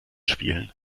spielen